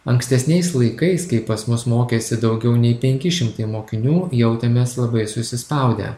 ankstesniais laikais kai pas mus mokėsi daugiau nei penki šimtai mokinių jautėmės labai susispaudę